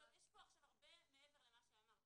זאת אומרת, יש פה הרבה מעבר למה שאמרת.